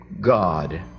God